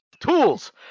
tools